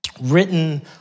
written